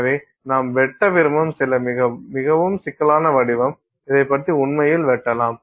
எனவே நாம் வெட்ட விரும்பும் சில மிகவும் சிக்கலான வடிவம் இதைப் பயன்படுத்தி உண்மையில் வெட்டலாம்